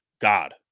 God